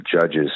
judges